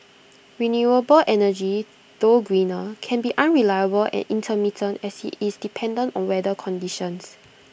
renewable energy though greener can be unreliable and intermittent as IT is dependent on weather conditions